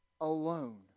alone